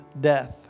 death